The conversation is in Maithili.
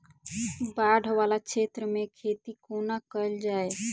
बाढ़ वला क्षेत्र मे खेती कोना कैल जाय?